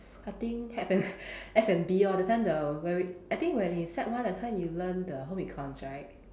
I think F N F&B lor that time the when we I think when we sec one that time you learn the home econs right